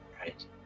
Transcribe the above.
Right